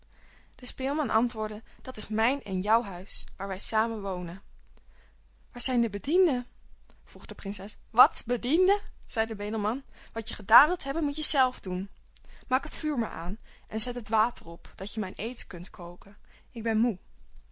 de speelman antwoordde dat is mijn en jouw huis waar wij samen wonen waar zijn de bedienden vroeg de prinses wat bedienden zei de bedelman wat je gedaan wilt hebben moet je zelf doen maak het vuur maar aan en zet het water op dat je mijn eten kunt koken ik ben moê